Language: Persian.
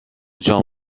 جام